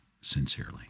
sincerely